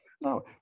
No